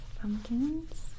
pumpkins